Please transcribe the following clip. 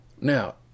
Now